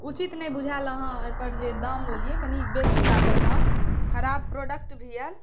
उचित नहि बुझायल अहाँ ओहिपर जे दाम लेलियै कनि बेसी लागल दाम खराब प्रोडॅक्ट भी यऽ